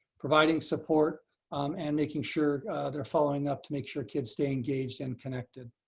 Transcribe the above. providing support um and making sure they're following up to make sure kids stay engaged and connected.